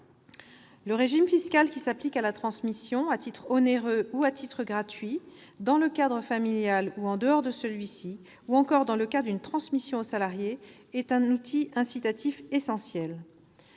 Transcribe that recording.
Le régime fiscal qui s'applique à la transmission, qu'elle se fasse à titre onéreux ou à titre gratuit, dans le cadre familial ou en dehors de celui-ci, ou encore dans le cas d'une transmission aux salariés, est un outil incitatif essentiel.